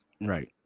Right